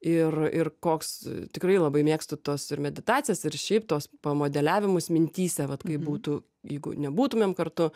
ir ir koks tikrai labai mėgstu tas ir meditacijas ir šiaip tuos pamodeliavimus mintyse vat kaip būtų jeigu nebūtumėm kartu